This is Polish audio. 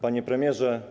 Panie Premierze!